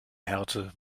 härte